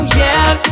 yes